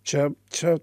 čia čia